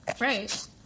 Right